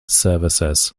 services